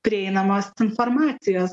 prieinamos informacijos